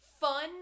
fun